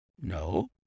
No